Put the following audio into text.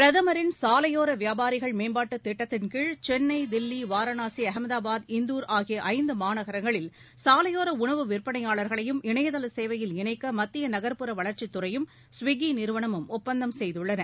பிரதமரின் சாலையோர வியாபாரிகள் மேம்பாட்டு திட்டத்தின் கீழ் சென்னை தில்லி வாரணாசி அகமதபாத் இந்தூர் ஆகிய இறந்து மாநகரங்களில் சாலையோர உணவு விற்பனையாளர்களையும் இணையதள சேவையில் இணைக்க மத்திய நக்ப்புற வளா்ச்சித்துறையும் ஸ்விக்கி நிறுவனமும் ஒப்பந்தம் செய்துள்ளன